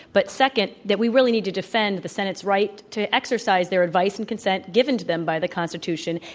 but second, that we really need to defend the senate's right to exercise their advice and consent given to them by the constitution